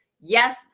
Yes